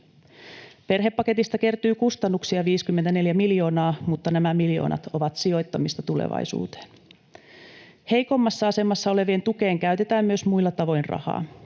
Perhepaketista kertyy kustannuksia 54 miljoonaa, mutta nämä miljoonat ovat sijoittamista tulevaisuuteen. Heikommassa asemassa olevien tukeen käytetään myös muilla tavoin rahaa.